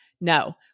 no